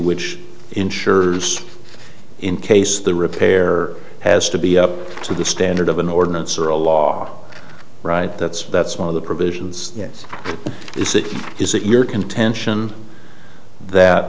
which insures in case the repair has to be up to the standard of an ordinance or a law right that's that's one of the provisions yes is that is it your contention that